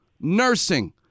nursing